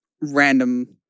random